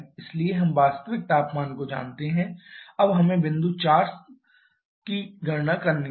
इसलिए हम वास्तविक तापमान को जानते हैं अब हमें बिंदु संख्या 4 की गणना करनी है